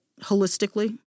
holistically